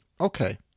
Okay